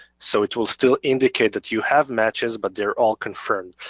so it will still indicate that you have matches, but they're all confirmed.